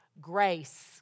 Grace